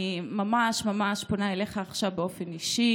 ואני פונה אליך עכשיו ממש באופן אישי